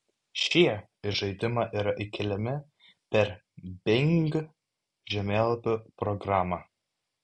šie į žaidimą yra įkeliami per bing žemėlapių programą